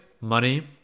money